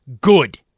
good